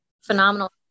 phenomenal